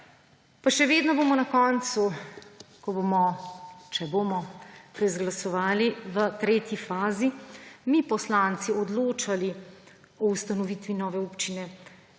Še vedno bomo na koncu, ko bomo, če bomo izglasovali, v tretji fazi mi poslanci odločali o ustanovitvi nove občine;